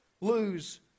lose